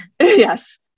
Yes